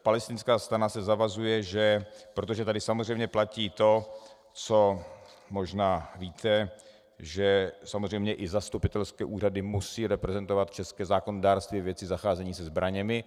Palestinská strana se zavazuje, protože tady samozřejmě platí to, co možná víte, že samozřejmě i zastupitelské úřady musí respektovat české zákonodárství ve věci zacházení se zbraněmi.